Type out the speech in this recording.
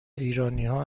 ایرانیها